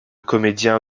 comédien